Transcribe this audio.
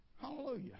Hallelujah